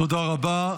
תודה רבה.